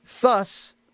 thus